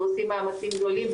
ועושים גדולים,